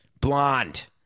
Blonde